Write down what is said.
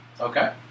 Okay